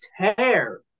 tear